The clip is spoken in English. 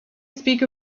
speak